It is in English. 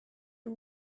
two